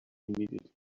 immediately